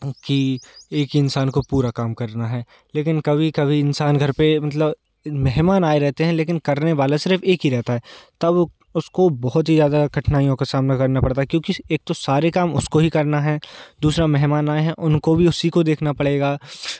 कि एक ही इंसान को पूरा काम करना है लेकिन कभी कभी इंसान घर पे मतलब मेहमान आए रहते हैं लेकिन करने वाले सिर्फ़ एक ही रहता है तब उसको बहुत ही ज़्यादा कठिनाईयों का सामना करना पड़ता है क्योंकि एक तो सारे काम उसको ही करना है दूसरा मेहमान आए हैं उनको भी उसी को देखना पड़ेगा